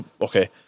Okay